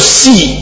see